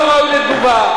אתה לא ראוי לתגובה,